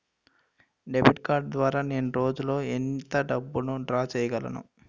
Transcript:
Debit card ద్వారా నేను రోజు లో ఎంత డబ్బును డ్రా చేయగలను?